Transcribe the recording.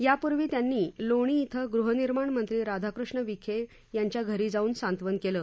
यापूर्वी त्यांनी लोणी इथं जाऊन गृहनिर्माण मंत्री राधाकृष्ण विखे यांच्या घरी जाऊन सांत्वन केलं